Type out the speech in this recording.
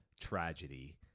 tragedy